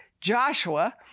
Joshua